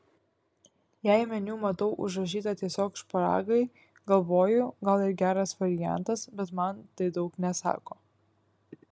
jei meniu matau užrašyta tiesiog šparagai galvoju gal ir geras variantas bet man tai daug nesako